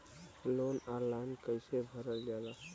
Loan online कइसे भरल जाला?